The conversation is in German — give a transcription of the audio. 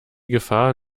gefahr